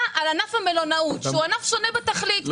של ענף המלונאות שהוא ענף שונה בתכלית.